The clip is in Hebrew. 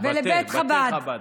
ולבית חב"ד.